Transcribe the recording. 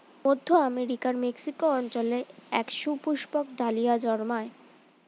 মধ্য আমেরিকার মেক্সিকো অঞ্চলে এক সুপুষ্পক ডালিয়া জন্মায়